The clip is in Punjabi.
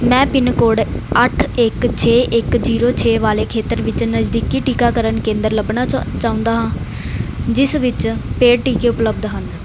ਮੈਂ ਪਿੰਨ ਕੋਡ ਅੱਠ ਇੱਕ ਛੇ ਇੱਕ ਜ਼ੀਰੋ ਛੇ ਵਾਲੇ ਖੇਤਰ ਵਿੱਚ ਨਜ਼ਦੀਕੀ ਟੀਕਾਕਰਨ ਕੇਂਦਰ ਲੱਭਣਾ ਚ ਚਾਹੁੰਦਾ ਹਾਂ ਜਿਸ ਵਿੱਚ ਪੇਡ ਟੀਕੇ ਉਪਲਬਧ ਹਨ